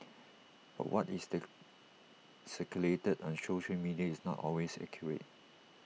but what is the circulated on social media is not always accurate